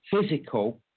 physical